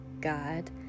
God